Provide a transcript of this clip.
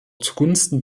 zugunsten